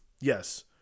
yes